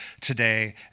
today